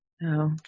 no